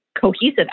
cohesive